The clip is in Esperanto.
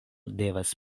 devas